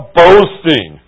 boasting